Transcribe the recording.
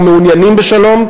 אנחנו מעוניינים בשלום,